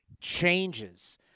changes